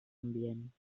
ambient